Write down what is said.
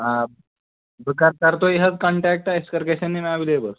آ بہٕ کرٕ سر تۄہہِ حظ کَنٹیکٹ اَسہِ کر گژھَن یِم ایویلیبٕل